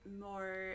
more